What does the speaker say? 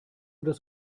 das